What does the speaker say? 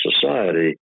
society